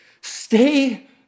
stay